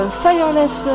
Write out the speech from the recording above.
fireless